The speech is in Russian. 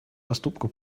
поступка